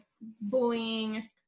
bullying